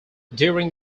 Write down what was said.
during